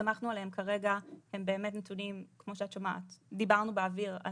שהסתמכנו עליהם כרגע הם באמת כמו שאת שומעת - דיברנו באוויר על